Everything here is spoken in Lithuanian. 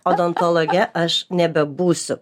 odontologe aš nebebūsiu